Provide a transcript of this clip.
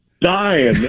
dying